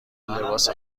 لباس